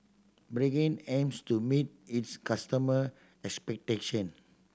Pregain aims to meet its customer expectation